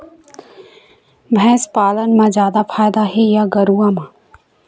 भैंस पालन म जादा फायदा हे या गरवा म?